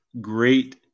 great